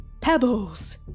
Pebbles